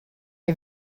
are